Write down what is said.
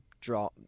draw